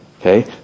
Okay